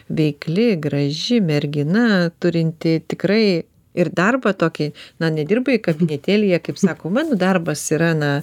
veikli graži mergina turinti tikrai ir darbą tokį na nedirbai kabinetėlyje kaip sako mano darbas yra na